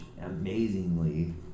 amazingly